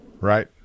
Right